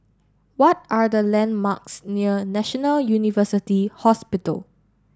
what are the landmarks near National University Hospital